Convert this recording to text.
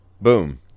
boom